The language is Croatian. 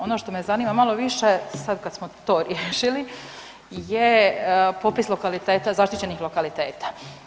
Ono što me zanima malo više, sad kad smo to riješili, je popis lokaliteta, zaštićenih lokaliteta.